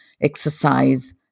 exercise